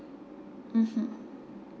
mmhmm